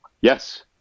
yes